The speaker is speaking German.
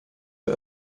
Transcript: der